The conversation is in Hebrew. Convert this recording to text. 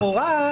אז לכאורה,